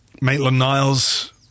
Maitland-Niles